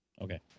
Okay